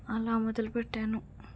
అలా మొదలు పెట్టాను